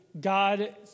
God